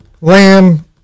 Lamb